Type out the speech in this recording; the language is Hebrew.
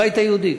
הבית היהודי,